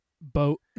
boat